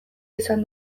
izan